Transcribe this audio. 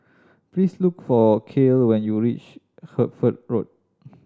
please look for Cael when you reach Hertford Road